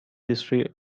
history